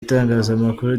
itangazamakuru